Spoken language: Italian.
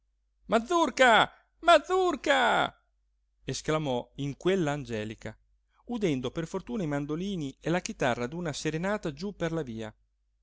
mazurka mazurka esclamò in quella angelica udendo per fortuna i mandolini e la chitarra d'una serenata giú per la via